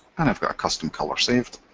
and i've got a custom color saved.